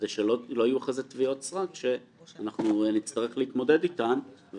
כדי שלא יהיו אחרי זה תביעות סרק שאנחנו נצטרך להתמודד איתן.